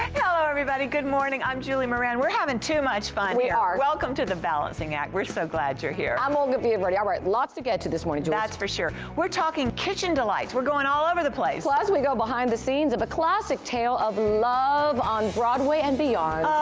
hello everybody. good morning. i'm julie moran. we're having too much fun here. we are. welcome to the balancing act. we're so glad you're here. i'm olga villaverde. alright, lots to get to this morning julie. that's for sure. we're talking kitchen delights. we're going all over the place. plus, we go behind the scenes of a classic tale of love on broadway and beyond.